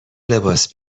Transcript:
لباس